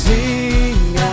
Sing